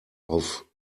auf